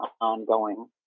ongoing